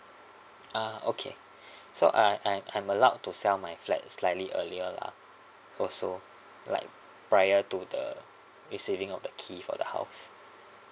uh okay so uh I'm I'm allowed to sell my flat slightly earlier lah also like prior to the receiving of the key for the house